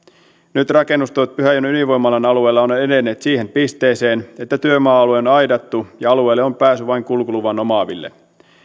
nyt rakennustoimet pyhäjoen ydinvoimalan alueella ovat edenneet siihen pisteeseen että työmaa alue on on aidattu ja alueelle on pääsy vain kulkuluvun omaaville